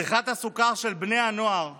צריכת הסוכר של בני הנוער בישראל,